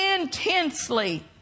intensely